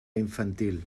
infantil